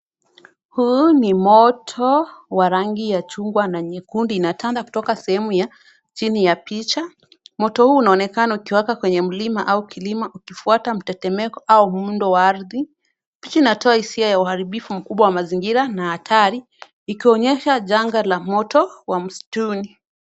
Huu ni moto wa rangi ya chungwa na nyekundu. Inatanda kutoka sehemu ya chini ya picha. Moto huu unaonekana ukiwaka kwenye mlima au kilima ukifuata mtetemeko au muundo wa ardhi. Picha inatoa hisia ya uharibifu mkubwa wa mazingira hatari, ikionyesha janga la moto wa msituni.